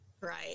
Right